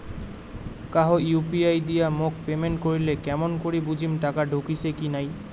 কাহো ইউ.পি.আই দিয়া মোক পেমেন্ট করিলে কেমন করি বুঝিম টাকা ঢুকিসে কি নাই?